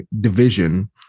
division